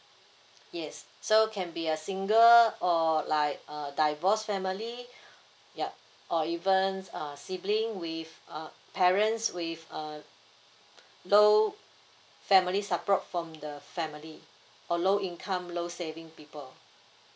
yes so can be a single or like err divorce family yup or even uh sibling with uh parents with err low family support from the family or low income low saving people